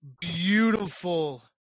beautiful